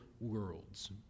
worlds